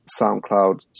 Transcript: SoundCloud